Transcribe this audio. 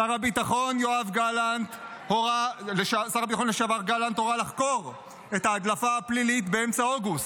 שר הביטחון לשעבר גלנט הורה לחקור את ההדלפה הפלילית באמצע אוגוסט.